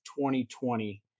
2020